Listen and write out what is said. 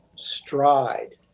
stride